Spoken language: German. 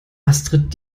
astrid